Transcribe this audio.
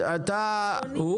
אתה לא רשום.